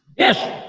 yes.